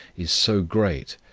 is so great,